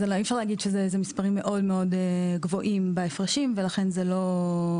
אי אפשר להגיד שזה מספרים מאוד מאוד גבוהים בהפרשים ולכן זה לא,